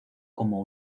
como